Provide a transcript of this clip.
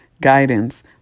guidance